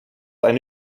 eine